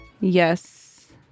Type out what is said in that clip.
Yes